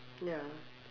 ya